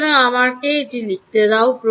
সুতরাং আমাকে এটি লিখতে দাও